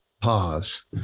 pause